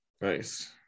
Nice